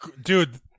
Dude